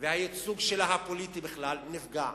והייצוג הפוליטי שלה בכלל נפגע.